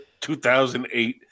2008